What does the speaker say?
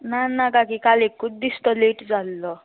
ना ना काकी काल एकूच दिस तो लेट जाल्लो